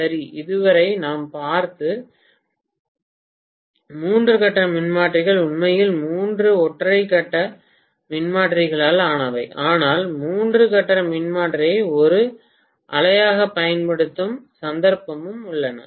சரி இதுவரை நாம் பார்த்தது மூன்று கட்ட மின்மாற்றிகள் உண்மையில் மூன்று ஒற்றை கட்ட மின்மாற்றிகளால் ஆனவை ஆனால் மூன்று கட்ட மின்மாற்றியை ஒரு அலையாகப் பயன்படுத்தும் சந்தர்ப்பங்களும் உள்ளன